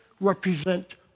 represent